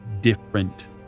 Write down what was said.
different